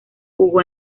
jugó